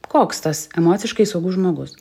koks tas emociškai saugus žmogus